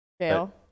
jail